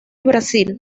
brasil